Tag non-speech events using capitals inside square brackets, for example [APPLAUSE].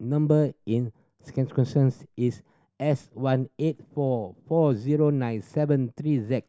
number in [UNINTELLIGIBLE] is S one eight four four zero nine seven three Z